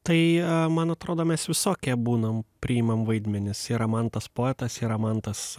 tai man atrodo mes visokie būnam priimam vaidmenis yra mantas poetas yra mantas